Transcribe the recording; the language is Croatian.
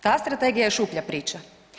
Ta strategija je šuplja priča.